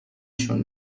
شون